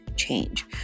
change